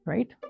Right